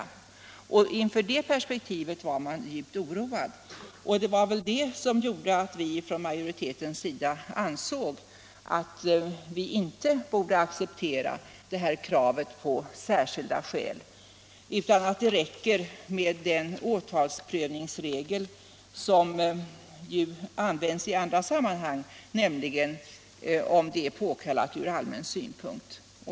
Inför det perspektivet var man djupt oroad. Det var väl detta som gjorde att vi från utskottsmajoritetens sida ansåg att vi inte borde acceptera kravet på särskilda skäl utan att det räcker med den åtalsprövningsregel som använts i andra sammanhang, nämligen om åtal är påkallat från allmän synpunkt.